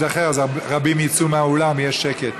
אחר אז רבים יצאו מהאולם ויהיה שקט.